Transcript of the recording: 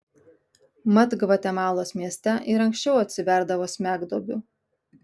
mat gvatemalos mieste ir anksčiau atsiverdavo smegduobių